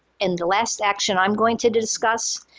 and the last action i'm going to discuss,